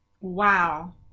Wow